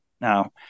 Now